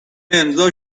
امضا